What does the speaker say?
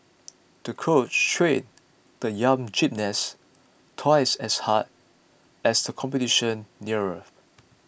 the coach trained the young gymnast twice as hard as the competition neared